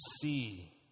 see